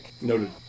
Noted